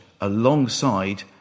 alongside